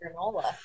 granola